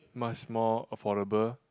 much more affordable